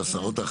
או לשרות,